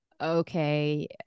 okay